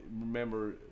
remember